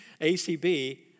ACB